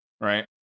right